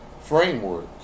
framework